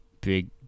big